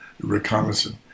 reconnaissance